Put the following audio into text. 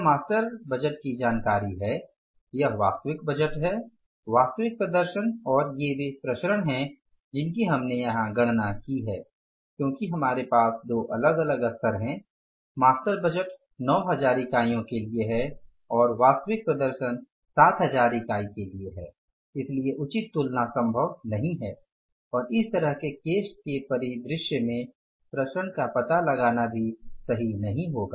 यह master budget की जानकारी है यह वास्तविक बजट है वास्तविक प्रदर्शन और ये वे विचरण हैं जिनकी हमने यहां गणना की है क्योंकि हमारे पास दो अलग अलग स्तर हैं मास्टर बजट 9000 इकाइयों के लिए है और वास्तविक प्रदर्शन 7000 इकाई के लिए है इसलिए उचित तुलना संभव नहीं है और इस तरह के केस के परिदृश्य में विचरण का पता लगाना भी सही नहीं होगा